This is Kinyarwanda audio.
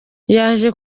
yaje